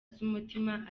z’umutima